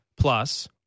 plus